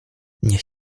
niech